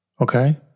Okay